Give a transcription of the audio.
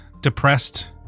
depressed